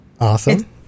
Awesome